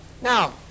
Now